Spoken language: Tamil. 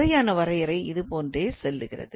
முறையான வரையறை இது போன்றே செல்கிறது